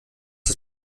das